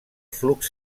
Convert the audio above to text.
flux